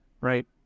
right